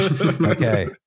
Okay